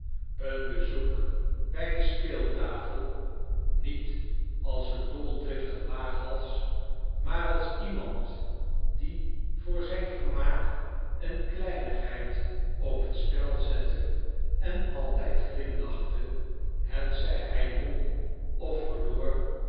een bezoek bij de speeltafel niet als een doldriftig waaghals maar als iemand die voor zijn vermaak eene kleinigheid op het spel zette en altijd glimlachte hetzij hij won of verloor